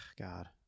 God